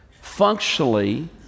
Functionally